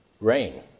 rain